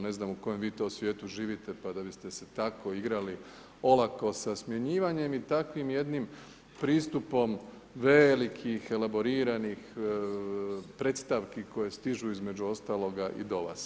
Ne znam u kojem vi to svijetu živite pa da biste se tako igrali olako sa smjenjivanjem i takvim jednim pristupom velikih elaboriranih predstavki koje stižu između ostaloga i do vas.